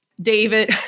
David